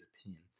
opinion